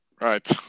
Right